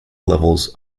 levels